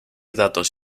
datos